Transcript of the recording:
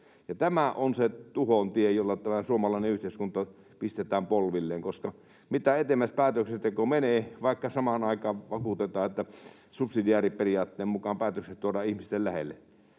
Tämä on se tuhon tie, jolla tämä suomalainen yhteiskunta pistetään polvilleen. Päätöksenteko menee yhä etäämmäksi, vaikka samaan aikaan vakuutetaan, että subsidiariteettiperiaatteen mukaan päätökset tuodaan ihmisten lähelle.